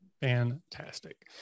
Fantastic